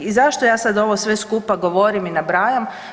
I zašto ja sad ovo sve skupa govorim i nabrajam?